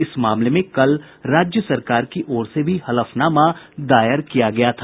इस मामले में कल राज्य सरकार की ओर से भी हलफनामा दायर किया गया था